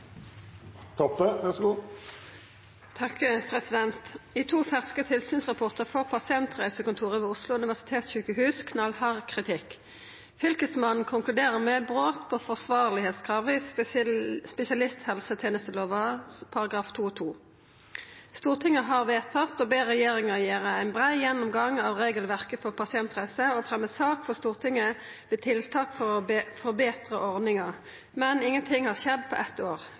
to ferske tilsynsrapportar får Pasientreisekontoret ved Oslo universitetssykehus knallhard kritikk. Fylkesmannen konkluderer med brot på forsvarlegheitskravet i spesialisthelsetenestelova § 2-2. Stortinget har vedtatt å be regjeringa gjere ein brei gjennomgang av regelverket for pasientreiser og fremme sak for Stortinget med tiltak for å forbetre ordninga. Men ingenting har skjedd på eitt år.